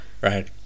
right